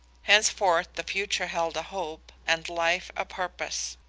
henceforth the future held a hope, and life a purpose.